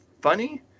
funny